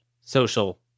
social